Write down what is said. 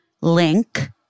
link